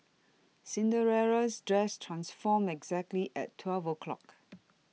Cinderella's dress transformed exactly at twelve o'clock